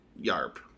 Yarp